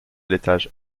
l’étage